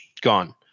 gone